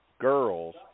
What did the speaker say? girls